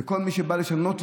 וכל מי שבא לשנות,